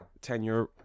tenure